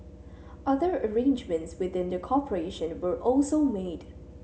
other arrangements within the corporation were also made